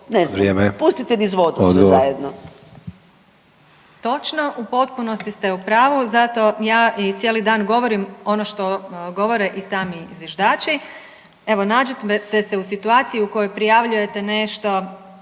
(Stranka s imenom i prezimenom)** Točno u potpunosti ste u pravu zato ja i cijeli dan govorim ono što govore i sami zviždači. Evo nađite se u situaciji u kojoj prijavljujete nešto,